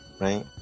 right